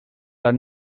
las